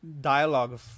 dialogue